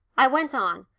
i went on,